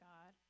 God